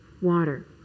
water